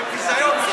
זה ביזיון,